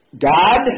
God